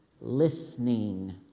listening